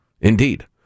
Indeed